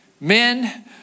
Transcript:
men